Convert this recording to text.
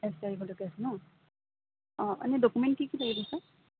document কি কি লাগিব ছাৰ